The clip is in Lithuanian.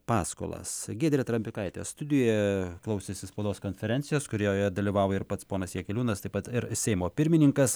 paskolas giedrė trapikaitė studijoje klausėsi spaudos konferencijos kurioje dalyvauja ir pats ponas jakeliūnas taip pat ir seimo pirmininkas